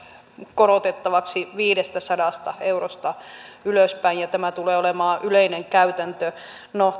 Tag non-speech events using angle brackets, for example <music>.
korotettavaksi viidestäsadasta eurosta ylöspäin ja tämä tulee olemaan yleinen käytäntö no <unintelligible>